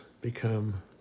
become